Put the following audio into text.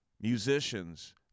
musicians